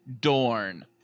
Dorn